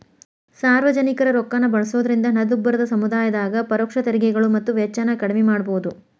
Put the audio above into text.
ಸಾರ್ವಜನಿಕರ ರೊಕ್ಕಾನ ಬಳಸೋದ್ರಿಂದ ಹಣದುಬ್ಬರದ ಸಮಯದಾಗ ಪರೋಕ್ಷ ತೆರಿಗೆಗಳು ಮತ್ತ ವೆಚ್ಚನ ಕಡ್ಮಿ ಮಾಡಬೋದು